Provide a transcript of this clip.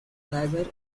dagger